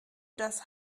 das